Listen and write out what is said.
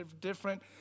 different